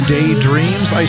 Daydreams